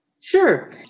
Sure